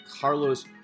carlos